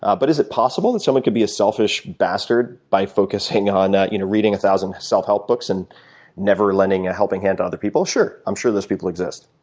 ah but is it possible that someone could be a selfish bastard by focusing on you know reading a thousand self-help books and never lending a helping hand to other people? sure, i'm sure those people exist.